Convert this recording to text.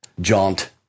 jaunt